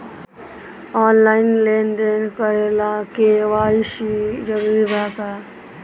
Online लेन देन करे ला के.वाइ.सी जरूरी बा का?